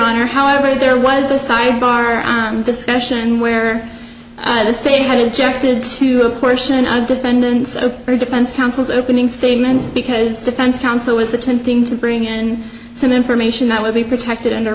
honor however there was a sidebar discussion where at the same had injected to a portion of defendants of her defense counsel's opening statements because defense counsel was attempting to bring and some information that would be protected